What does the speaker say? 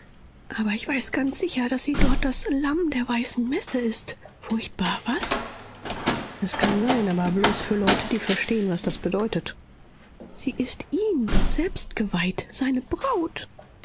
aber weiß ganz sicher daß sie dort das lamm der weißen messe ist furchtbar was es kann sein aber bloß für leute die verstehen was das bedeutet sie ist ihm selbst geweiht seine braut